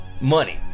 money